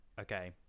Okay